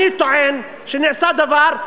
אני טוען שנעשה דבר,